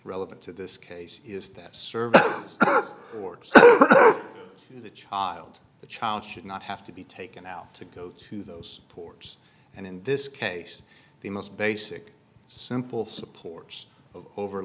relevant to this case is that service works to the child the child should not have to be taken out to go to those ports and in this case the most basic simple supporters o